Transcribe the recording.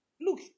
look